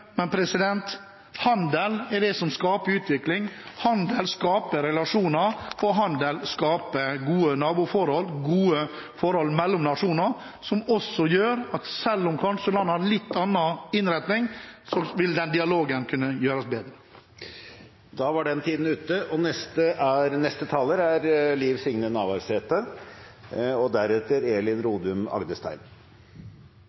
men handel er det som skaper utvikling, handel skaper relasjoner, og handel skaper gode naboforhold, gode forhold mellom nasjoner, som også gjør at selv om landene kanskje har en litt forskjellig innretning, vil dialogen kunne gjøre oss bedre. Takk til interpellanten for å setje viktige spørsmål på dagsordenen. Det er